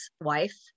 wife